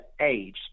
age